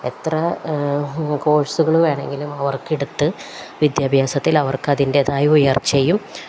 എത്ര കോഴ്സുകള് വേണമെങ്കിലും അവർക്കെടുത്തു വിദ്യാഭ്യാസത്തിലവര്ക്കതിന്റേതായ ഉയർച്ചയും